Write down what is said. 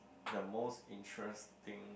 the most interesting